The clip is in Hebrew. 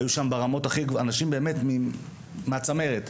היו אנשים מהצמרת.